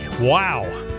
wow